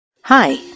Hi